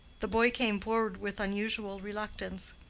the boy came forward with unusual reluctance.